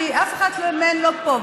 כי אף אחת מהן לא פה.